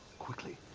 quickly.